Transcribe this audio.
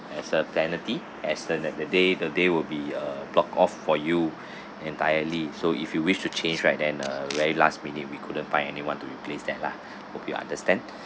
as a penalty as the the day the day will be uh blocked off for you entirely so if you wish to change right then a very last minute we couldn't find anyone to replace that lah hope you understand